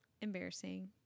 embarrassing